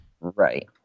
Right